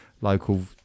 local